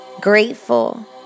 grateful